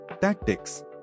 Tactics